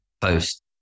post